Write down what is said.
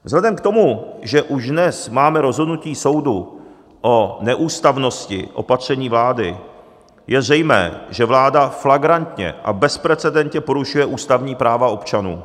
Vzhledem k tomu, že už dnes máme rozhodnutí soudu o neústavnosti opatření vlády, je zřejmé, že vláda flagrantně a bezprecedentně porušuje ústavní práva občanů.